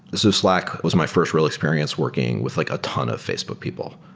so slack was my fi rst real experience working with like a ton of facebook people,